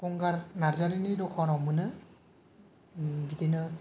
गंगार नारजारिनि दखानाव मोनो ओम बिदिनो